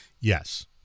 Yes